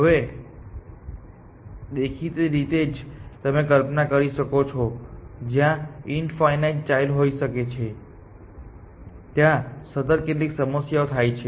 હવે દેખીતી રીતે જ તમે કલ્પના કરી શકો છો જ્યાં ઇન્ફાઇનાઇટ ચાઈલ્ડ હોઈ શકે છે ત્યાં સતત કેટલીક સમસ્યાઓ થાય છે